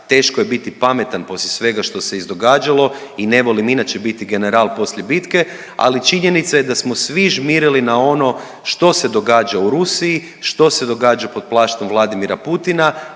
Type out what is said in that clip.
Teško je biti pametan poslije svega što se izdogađalo i ne volim inače biti general poslije bitke, ali činjenica je da smo svi žmirili na ono što se događa u Rusiji, što se događa pod plaštom Vladimira Putina,